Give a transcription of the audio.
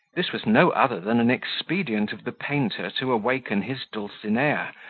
this was no other than an expedient of the painter to awaken his dulcinea,